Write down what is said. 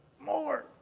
more